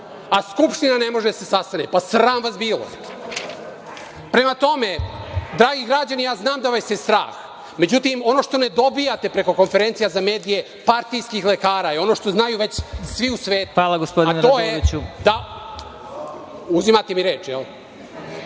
a Skupština ne može da se sastane. Pa, sram vas bilo. Prema tome, dragi građani, ja znam da vas je strah.Međutim, ono što ne dobijate preko konferencija za medije partijskih lekara je ono što znaju već svi u svetu, a to je da… **Vladimir